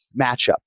matchup